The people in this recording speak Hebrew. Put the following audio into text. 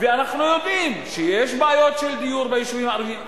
ואנחנו יודעים שיש בעיות של דיור ביישובים הערביים: